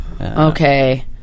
Okay